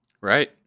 right